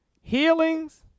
Healings